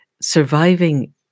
surviving